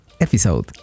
episode